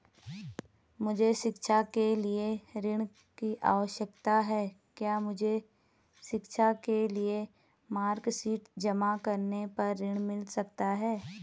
मुझे शिक्षा के लिए ऋण की आवश्यकता है क्या मुझे शिक्षा के लिए मार्कशीट जमा करने पर ऋण मिल सकता है?